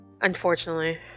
Unfortunately